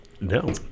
no